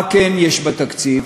מה כן יש בתקציב?